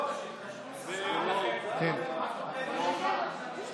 אני יכול להוסיף: